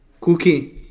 Cookie